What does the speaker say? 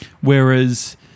Whereas